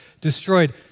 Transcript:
destroyed